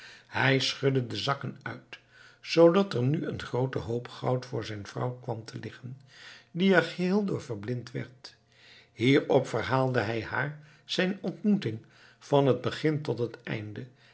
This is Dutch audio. hij schudde de zakken uit zoodat er nu een groote hoop goud voor zijn vrouw kwam te liggen die er geheel door verblind werd hierop verhaalde hij haar zijn ontmoeting van het begin tot het einde